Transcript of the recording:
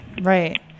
Right